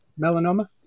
Melanoma